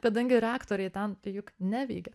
kadangi reaktoriai ten juk neveikė